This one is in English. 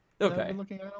Okay